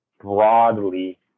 broadly